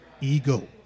ego